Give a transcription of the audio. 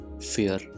fear